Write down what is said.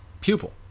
pupil